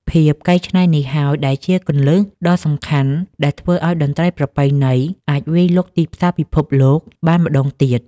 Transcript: ភាពកែច្នៃនេះហើយ ដែលជាគន្លឹះដ៏សំខាន់ដែលធ្វើឱ្យតន្ត្រីប្រពៃណីអាចវាយលុកទីផ្សារពិភពលោកបានម្តងទៀត។